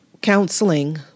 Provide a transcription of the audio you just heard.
Counseling